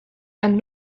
and